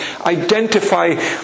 identify